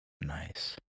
Nice